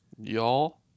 Y'all